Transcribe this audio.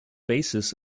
basis